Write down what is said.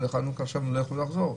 לחנוכה הם לא יכולים לחזור.